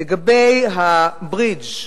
לגבי הברידג'